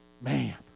Man